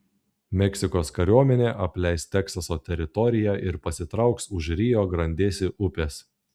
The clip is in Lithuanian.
meksikos kariuomenė apleis teksaso teritoriją ir pasitrauks už rio grandėsi upės